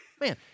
Man